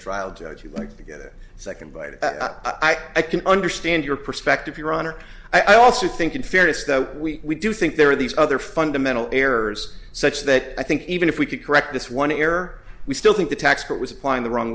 trial judge you like together second by i can understand your perspective your honor i also think in fairness though we do think there are these other fundamental errors such that i think even if we could correct this one error we still think the tax cut was applying the wrong